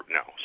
no